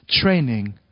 training